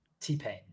T-Pain